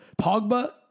Pogba